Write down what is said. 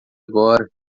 agora